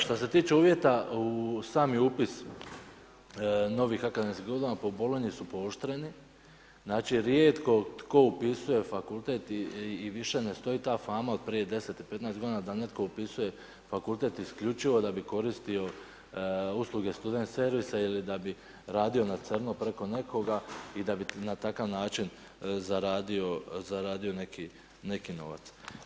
Šta se tiče uvjeta u sami upis novih akademski godina po Bolonji su pooštreni, znači rijetko tko upisuje fakultet i više ne stoji ta fama od prije 10 ili 15 g. da netko upisuje fakultet isključivo da bi koristio Student servisa ili da bi radio na crno preko nekoga i da bi na takav način zaradio neki novac.